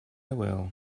will